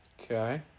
Okay